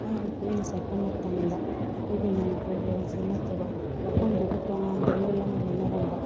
ꯑꯩꯅ ꯀꯣꯏꯅ ꯆꯠꯄ ꯃꯇꯝꯗ ꯑꯩꯈꯣꯏꯒꯤ ꯃꯅꯤꯄꯨꯔ ꯂꯣꯟꯁꯤ ꯅꯠꯇꯕ ꯃꯐꯝꯗꯨꯕꯨ ꯇꯣꯉꯥꯟꯕ ꯂꯣꯟ ꯑꯃ ꯂꯣꯟꯅꯔꯝꯕ